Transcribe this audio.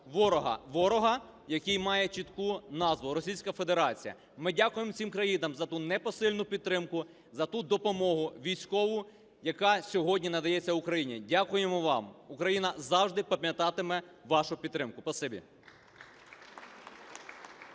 ворога, який має чітку назву – Російська Федерація. Ми дякуємо цим країнам за ту непосильну підтримку, за ту допомогу військову, яка сьогодні надається Україні. Дякуємо вам! Україна завжди пам'ятатиме вашу підтримку!